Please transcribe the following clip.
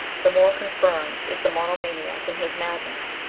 the more confirmed is the monomaniac in his madness,